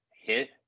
hit